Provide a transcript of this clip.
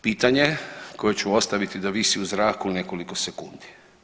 Pitanje je koje ću ostaviti da visi u zraku nekoliko sekundi.